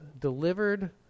delivered